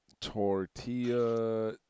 Tortilla